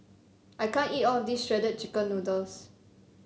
I can't eat all of this Shredded Chicken Noodles